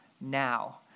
now